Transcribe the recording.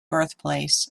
birthplace